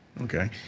Okay